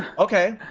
okay.